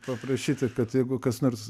paprašyti kad jeigu kas nors